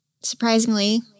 surprisingly